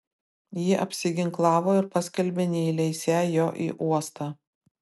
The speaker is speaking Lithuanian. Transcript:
jie apsiginklavo ir paskelbė neįleisią jo į uostą